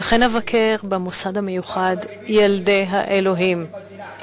וכן אבקר במוסד המיוחד "ילדי האלוהים".